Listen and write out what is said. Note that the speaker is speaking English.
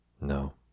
No